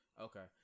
Okay